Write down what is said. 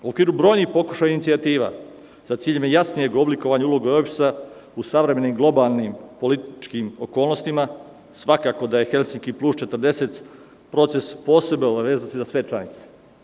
U okviru brojnih pokušaja i inicijativa, sa ciljem jasnijeg oblikovanja uloge OEBS-a u savremenim globalnim političkim okolnostima, svakako da je Helsinki plus 40 proces posebne obaveze za sve članice.